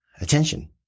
attention